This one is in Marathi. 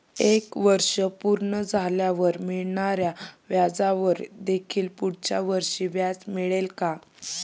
एक वर्ष पूर्ण झाल्यावर मिळणाऱ्या व्याजावर देखील पुढच्या वर्षी व्याज मिळेल का?